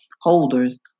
holders